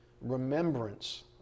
Remembrance